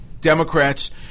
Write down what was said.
Democrats